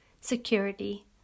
security